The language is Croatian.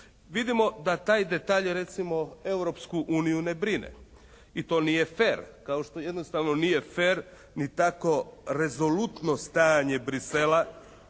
Vidimo da taj detalj recimo Europsku uniju ne brine. I to nije fer kao što jednostavno nije fer i takvo rezolutno stanje Bruxellesa